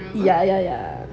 ya ya ya